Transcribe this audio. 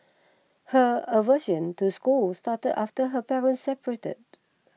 her aversion to school started after her parents separated